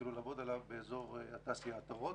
שהתחילו לעבוד עליו באזור התעשייה עטרות.